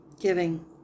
Giving